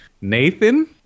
Nathan